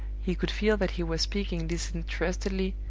he could feel that he was speaking disinterestedly,